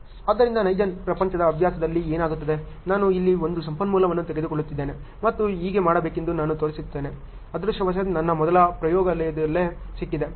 ಆದ್ದರಿಂದ ನೈಜ ಪ್ರಪಂಚದ ಅಭ್ಯಾಸದಲ್ಲಿ ಏನಾಗುತ್ತದೆ ನಾನು ಇಲ್ಲಿ ಒಂದು ಸಂಪನ್ಮೂಲವನ್ನು ತೆಗೆದುಕೊಳ್ಳುತ್ತಿದ್ದೇನೆ ಮತ್ತು ಹೇಗೆ ಮಾಡಬೇಕೆಂದು ನಾನು ತೋರಿಸಿದ್ದೇನೆ ಅದೃಷ್ಟವಶಾತ್ ನನ್ನ ಮೊದಲ ಪ್ರಯೋಗದಲ್ಲಿಯೇ ಸಿಕ್ಕಿದೆ